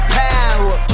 power